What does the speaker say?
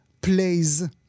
Plays